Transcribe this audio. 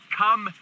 come